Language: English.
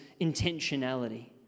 intentionality